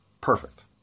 perfect